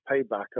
payback